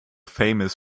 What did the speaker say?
famous